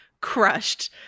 crushed